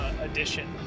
edition